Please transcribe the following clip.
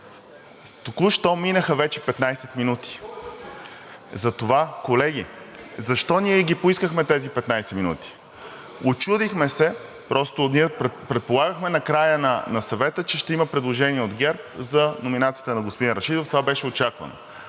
Току-що минаха вече 15 минути. Колеги, защо ние ги поискахме тези 15 минути? Учудихме се и предполагахме накрая на Съвета, че ще има предложение от ГЕРБ за номинацията на господин Рашидов. Това беше очаквано,